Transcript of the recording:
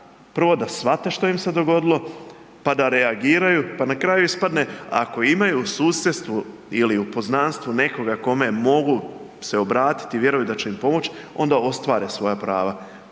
prvo da svate što im se dogodilo pa da reagiraju, pa na kraju ispadne ako imaju u susjedstvu ili u poznanstvu nekoga kome mogu se obratiti i vjeruju da će im pomoć onda ostvare svoja prava.